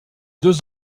deux